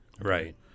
Right